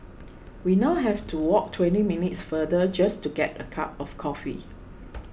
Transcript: we now have to walk twenty minutes farther just to get a cup of coffee